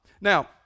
Now